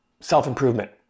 self-improvement